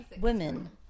women